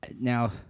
Now